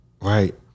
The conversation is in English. Right